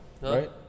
right